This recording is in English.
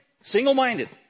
Single-minded